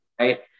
right